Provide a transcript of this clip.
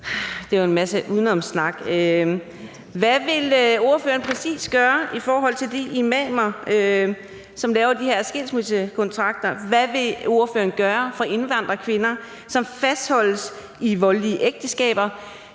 Det var en masse udenomssnak. Hvad vil ordføreren præcis gøre i forhold til de imamer, som laver de her skilsmissekontrakter? Hvad vil ordføreren gøre for indvandrerkvinder, som fastholdes i voldelige ægteskaber?